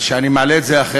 שאני מעלה את זה,